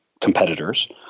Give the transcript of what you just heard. competitors